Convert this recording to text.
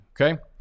Okay